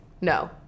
No